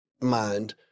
mind